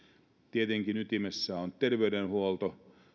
tietenkin ytimessä on terveydenhuolto